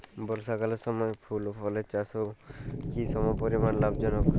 বর্ষাকালের সময় ফুল ও ফলের চাষও কি সমপরিমাণ লাভজনক?